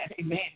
amen